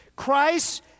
Christ